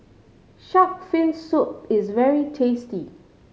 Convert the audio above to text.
shark fin soup is very tasty